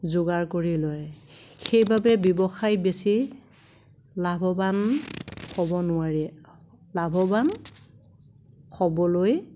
যোগাৰ কৰি লয় সেইবাবে ব্যৱসায় বেছি লাভৱান হ'ব নোৱাৰি লাভৱান হ'বলৈ